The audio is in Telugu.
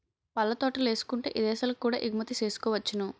పళ్ళ తోటలేసుకుంటే ఇదేశాలకు కూడా ఎగుమతి సేసుకోవచ్చును